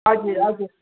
हजुर हजुर